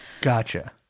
Gotcha